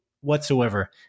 whatsoever